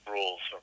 rules